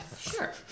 Sure